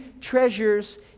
treasures